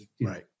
Right